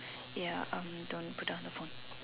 ya okay don't put down the phone